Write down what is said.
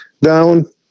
down